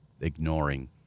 ignoring